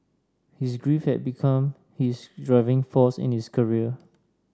his grief had become his driving force in his career